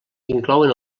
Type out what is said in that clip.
inclouen